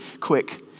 quick